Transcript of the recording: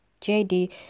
JD